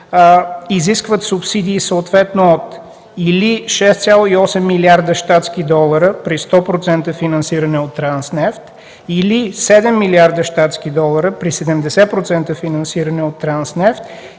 изискват субсидии съответно от или 6,8 млрд. щатски долара при 100% финансиране от „Транснефт”, или 7 млрд. щатски долара при 70% финансиране от „Транснефт”,